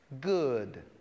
good